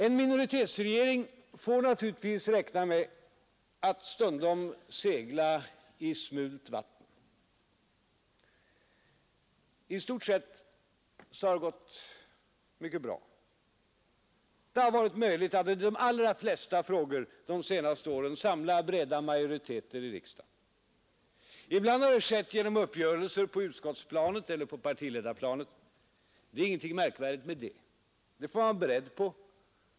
En minoritetsregering får naturligtvis räkna med att stundom segla i smult vatten. I stort sett har det gått mycket bra. Det har varit möjligt att i de allra flesta frågor de senaste åren samla breda majoriteter i riksdagen. Ibland har det skett genom uppgörelser på utskottsplanet eller på partiledarplanet. Det är ingenting märkvärdigt med det. Det får man vara beredd på.